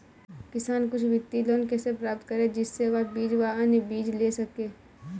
किसान कुछ वित्तीय लोन कैसे प्राप्त करें जिससे वह बीज व अन्य चीज ले सके?